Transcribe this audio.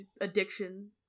addiction